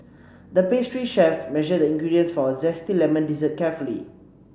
the pastry chef measured the ingredients for a zesty lemon dessert carefully